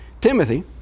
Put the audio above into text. Timothy